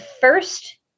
first